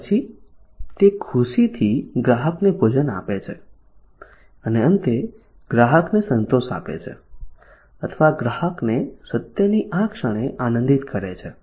અને પછી તે ખુશીથી ગ્રાહકને ભોજન આપે છે અને અંતે ગ્રાહકને સંતોષ આપે છે અથવા ગ્રાહકને સત્યની આ ક્ષણે આનંદિત કરે છે